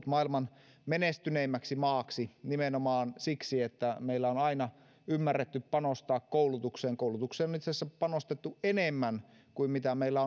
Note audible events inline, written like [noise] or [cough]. [unintelligible] maailman menestyneimmäksi maaksi nimenomaan siksi että meillä on aina ymmärretty panostaa koulutukseen koulutukseen on itse asiassa panostettu enemmän kuin mitä meillä [unintelligible]